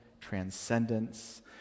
transcendence